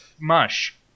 mush